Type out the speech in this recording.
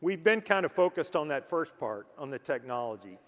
we've been kinda kind of focused on that first part, on the technology